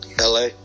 LA